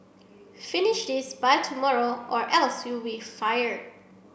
finish this by tomorrow or else you be fired